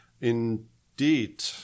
Indeed